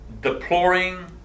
deploring